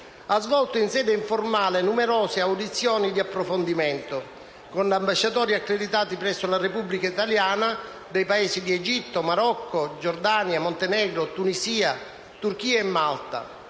ha svolto in sede informale numerose audizioni di approfondimento con gli ambasciatori accreditati presso la Repubblica italiana di diversi Paesi (Egitto, Marocco, Giordania, Montenegro, Tunisia, Turchia e Malta),